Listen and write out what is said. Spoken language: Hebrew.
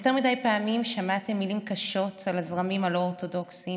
יותר מדי פעמים שמעתם מילים קשות על הזרמים הלא-אורתודוקסיים,